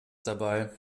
dabei